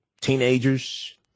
Teenagers